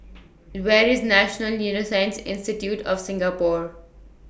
Where IS National Neuroscience Institute of Singapore